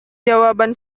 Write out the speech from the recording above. jawaban